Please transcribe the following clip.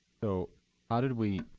so how did we